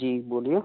जी बोलिए